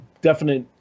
definite